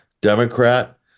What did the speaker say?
democrat